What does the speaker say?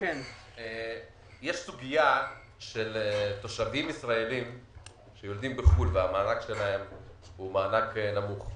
יש סוגיה של תושבים ישראלים שיולדים בחו"ל והמענק שלהם הוא מענק נמוך.